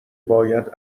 باید